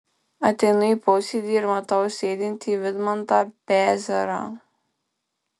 ateinu į posėdį ir matau sėdintį vidmantą bezarą